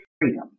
freedom